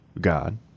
god